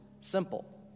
simple